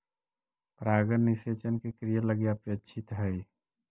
परागण निषेचन के क्रिया लगी अपेक्षित हइ